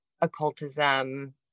occultism